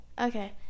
Okay